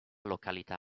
località